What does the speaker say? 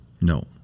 no